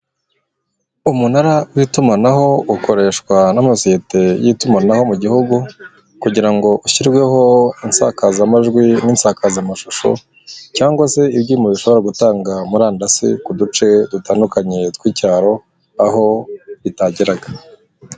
Umunara w'itumanaho ukoreshwa n'amasosiyete y'itumanaho mu gihugu, kugira ngo ushyirweho insakazamajwi n'insakazamashusho, cyangwa se ibyuma bishobora gutanga murandasi muduce dutandukanye tw'icyaro aho ritangeraga.